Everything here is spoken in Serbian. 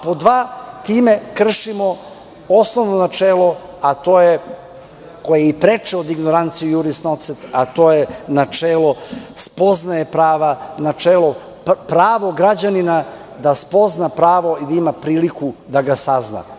Pod dva, time kršimo osnovno načelo, a to je, koje je i preče od ignorantio iuris nocet, a to je načelo spoznaje prava, načelo pravo građanina da spozna pravo i da ima priliku da ga sazna.